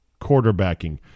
quarterbacking